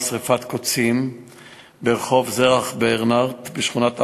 שרפת קוצים ברחוב זרח ברנט בשכונת הר-נוף.